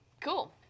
Cool